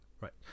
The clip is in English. Right